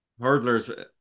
hurdlers